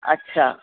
अच्छा